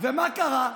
ומה קרה?